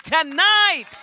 tonight